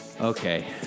Okay